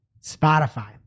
Spotify